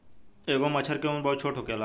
एगो मछर के उम्र बहुत छोट होखेला